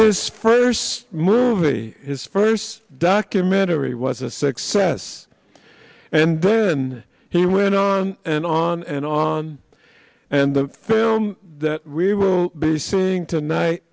his first movie his first documentary was a success and then he went on and on and on and the film that we will be suing tonight